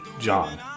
John